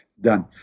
done